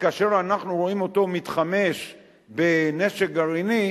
וכאשר אנחנו רואים אותו מתחמש בנשק גרעיני,